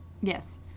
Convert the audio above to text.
yes